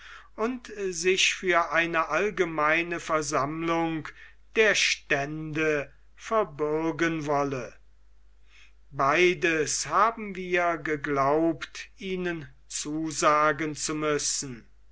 und sich für eine allgemeine versammlung der stände verbürgen wolle beides haben wir geglaubt ihnen zusagen zu müssen